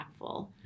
impactful